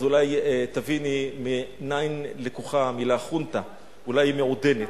אז אולי תביני מנין לקוחה המלה "חונטה"; אולי היא מעודנת.